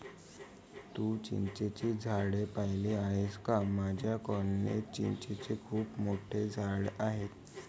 तू चिंचेची झाडे पाहिली आहेस का माझ्या कॉलनीत चिंचेचे खूप मोठे झाड आहे